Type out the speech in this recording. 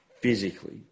physically